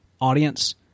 audience